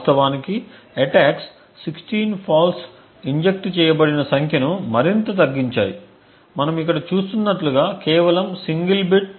వాస్తవానికి attacks 16 faults inject చేయబడిన సంఖ్యను మరింత తగ్గించాయి మనము ఇక్కడ చూస్తున్నట్లుగ కేవలం సింగిల్ బిట్